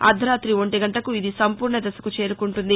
అర్దరాతి ఒంటిగంటకు ఇది సంపూర్ణ దశకు చేరుకుంటుంది